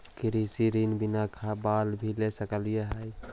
कृषि ऋण बिना खेत बाला भी ले सक है?